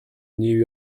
new